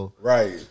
Right